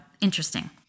interesting